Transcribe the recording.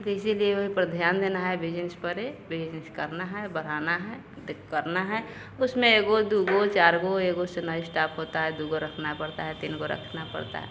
तो इसीलिए ध्यान देता है बिजनिस पर बिजनिस करना है बढ़ाना है तो करना है उसमें एक दो चार एक से नहीं स्टाप होता है दो रखना पड़ता है तीन रखना पड़ता है